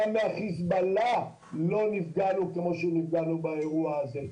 גם מחיזבאללה לא נפגענו כמו שנפגענו באירוע הזה.